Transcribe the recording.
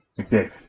McDavid